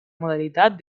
modalitat